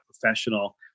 professional